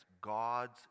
God's